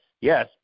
yes